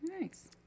Nice